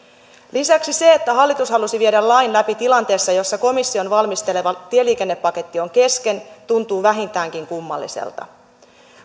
lisäksi se että hallitus halusi viedä lain läpi tilanteessa jossa komission valmistelema tieliikennepaketti on kesken tuntuu vähintäänkin kummalliselta